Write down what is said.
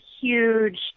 huge